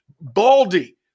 Baldy